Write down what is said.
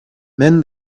mend